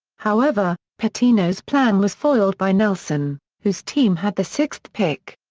however, pitino's plan was foiled by nelson, whose team had the sixth pick.